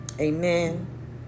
Amen